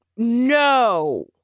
No